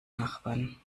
nachbarn